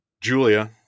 Julia